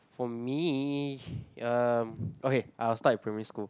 for me um okay I will start with primary school